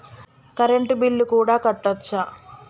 Current bill కూడా కట్టొచ్చా?